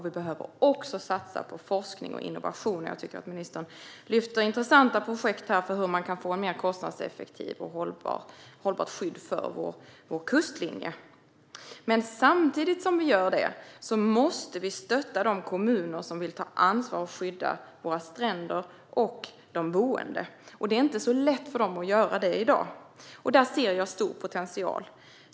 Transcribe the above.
Vi behöver också satsa på forskning och innovation. Jag tycker att ministern lyfter fram intressanta projekt för hur man kan få mer kostnadseffektivt och hållbart skydd av vår kustlinje. Samtidigt som vi gör det måste vi dock stötta de kommuner som vill ta ansvar och skydda våra stränder och de boende. Det är inte lätt för dem att göra det i dag. Där ser jag stor potential.